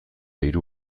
hiru